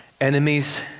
enemies